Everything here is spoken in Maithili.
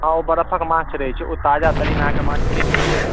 हॅं ओ बर्फक माछ रहै छै ओ ताजा तरीन अहाँके माछ नहि रहै छै